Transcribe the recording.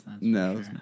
No